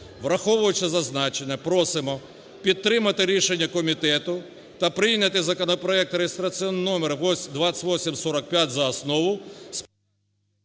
Враховуючи зазначене, просимо підтримати рішення комітету та прийняти законопроект (реєстраційний номер 2845) за основу...